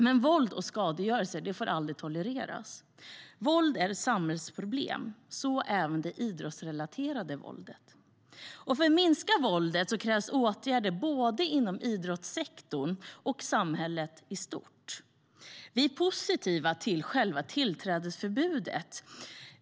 Men våld och skadegörelse får aldrig tolereras. Våld är ett samhällsproblem, så även det idrottsrelaterade våldet. För att minska våldet krävs åtgärder både inom idrottssektorn och i samhället i stort. Vi är positiva till själva tillträdesförbudet.